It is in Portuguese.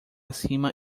cima